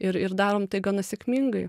ir ir darom tai gana sėkmingai